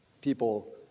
People